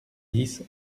dix